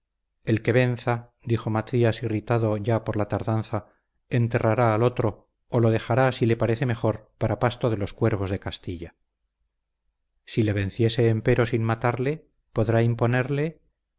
el que venza dijo macías irritado ya por la tardanza enterrará al otro o lo dejará si le parece mejor para pasto de los cuervos de castilla si le venciese empero sin matarle podrá imponerle